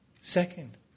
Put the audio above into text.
second